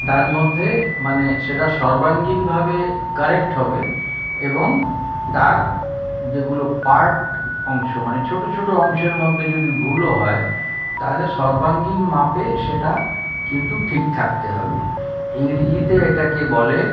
তার মধ্যে মানে সেটা সর্বাঙ্গীনভাবে কারেক্ট হবে এবং তার যেগুলো পার্ট অংশ মানে ছোট ছোট অংশের মধ্যে যদি ভুলও হয় তাহলে সর্বাঙ্গীন মাপে সেটা কিন্তু ঠিক থাকতে হবে ইংরেজিতে এটাকে বলে